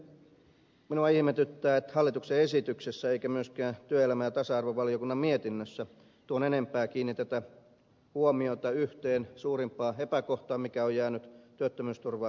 eniten minua ihmetyttää ettei hallituksen esityksessä eikä myöskään työelämä ja tasa arvovaliokunnan mietinnössä tuon enempää kiinnitetä huomiota yhteen suurimpaan epäkohtaan mikä on jäänyt työttömyysturvalakiin